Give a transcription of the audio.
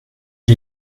die